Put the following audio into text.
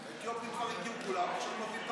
האתיופים כבר הגיעו כולם, עכשיו מביאים את